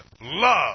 love